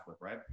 Right